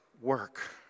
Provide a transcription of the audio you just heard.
work